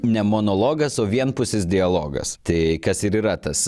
ne monologas o vienpusis dialogas tai kas ir yra tas